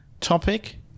topic